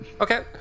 Okay